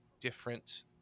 different